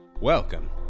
welcome